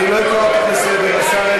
לא אקרא אותך לסדר.